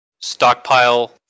Stockpile